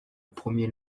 premier